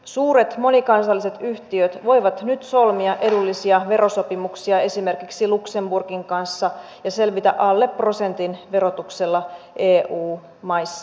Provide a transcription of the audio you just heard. suuret monikansalliset yhtiöt voivat nyt solmia edullisia verosopimuksia esimerkiksi luxemburgin kanssa ja selvitä alle prosentin verotuksella eu maissa